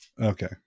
Okay